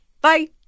Bye